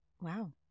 wow